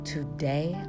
Today